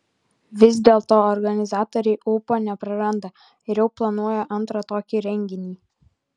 vis dėlto organizatoriai ūpo nepraranda ir jau planuoja antrą tokį renginį